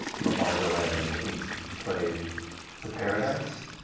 mappari go away. i mean, we played the paradise,